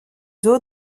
zoo